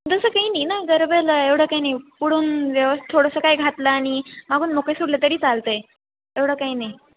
जसं काही नाही ना गरब्याला एवढं काय नाही पुढून व्यवस् थोडंसं काय घातलं आणि मागून मोकळं सोडलं तरी चालत आहे एवढं काही नाही